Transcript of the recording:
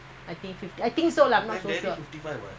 three years ago only [what]